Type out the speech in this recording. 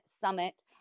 Summit